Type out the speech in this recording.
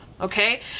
okay